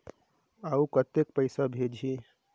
अउ कतेक पइसा भेजाही?